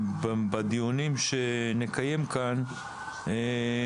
ובדיונים שנקיים כאן אנחנו נצטרך להחליט אילו